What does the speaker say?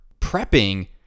prepping